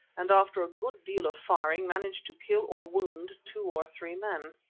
and after a good deal of firing managed to kill or wound two or three men.